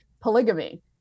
polygamy